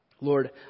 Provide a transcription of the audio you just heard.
Lord